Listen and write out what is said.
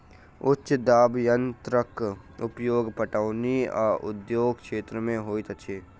उच्च दाब यंत्रक उपयोग पटौनी आ उद्योग क्षेत्र में होइत अछि